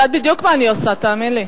אני יודעת בדיוק מה אני עושה, תאמין לי.